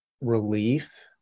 relief